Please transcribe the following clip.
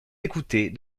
écoutée